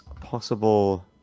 possible